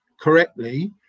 correctly